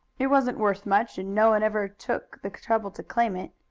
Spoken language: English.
it wasn't worth much, and no one ever took the trouble to claim it.